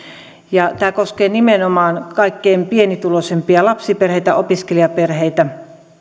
tämä koskee nimenomaan kaikkein pienituloisimpia lapsiperheitä opiskelijaperheitä